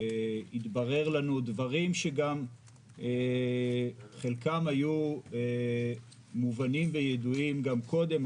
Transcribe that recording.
התבררו לנו דברים שחלקם היו מובנים וידועים גם קודם,